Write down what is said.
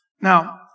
Now